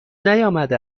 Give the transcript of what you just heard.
نیامده